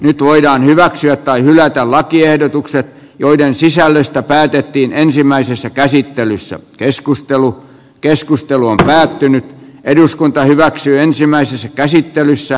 nyt voidaan hyväksyä tai hylätä lakiehdotukset joiden sisällöstä päätettiin ensimmäisessä käsittelyssä keskustelu keskustelu on päättynyt eduskunta hyväksyy ensimmäisessä käsittelyssä